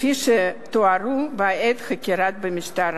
שתוארה בחקירת המשטרה.